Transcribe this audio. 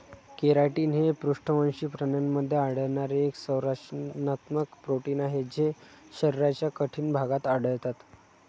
keratin हे पृष्ठवंशी प्राण्यांमध्ये आढळणारे एक संरचनात्मक प्रोटीन आहे जे शरीराच्या कठीण भागात आढळतात